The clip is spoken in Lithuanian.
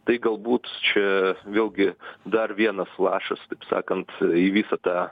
tai galbūt čia vėlgi dar vienas lašas taip sakant visą tą